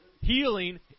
Healing